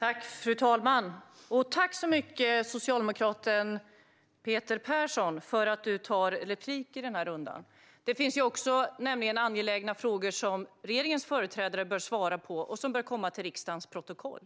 Fru talman! Tack för att du begärde replik, socialdemokraten Peter Persson! Det finns nämligen angelägna frågor som även regeringens företrädare bör svara på och som bör föras till riksdagens protokoll.